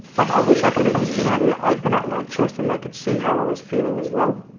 like, i wish i could have just been able to open up my chest and they could see how i was feeling as well.